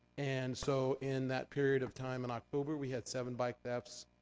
and so, in that period of time in october, we had seven bike thefts.